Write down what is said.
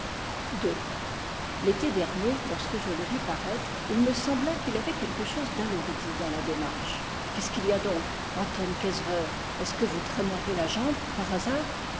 l'été dernier lorsque je le vis paraître il me sembla qu'il avait quelque chose d'alourdi dans la démarche qu'est-ce qu'il y a donc antôn quesseveur est-ce que vous traîneriez la jambe par hasard